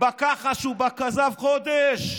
בכחש ובכזב חודש.